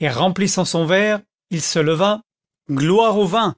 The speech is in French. et remplissant son verre il se leva gloire au vin